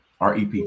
Rep